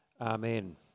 amen